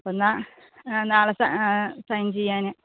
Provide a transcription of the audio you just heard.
അപ്പം എന്നാൽ നാളെ സ സൈൻ ചെയ്യാൻ